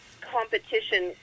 competition